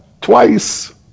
twice